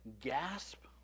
gasp